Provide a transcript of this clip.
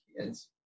kids